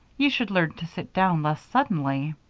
you should learn to sit down less suddenly.